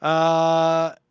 ah.